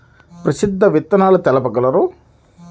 ప్రసిద్ధ విత్తనాలు తెలుపగలరు?